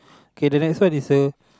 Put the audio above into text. K the next one is a